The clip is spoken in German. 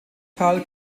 karl